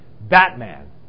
Batman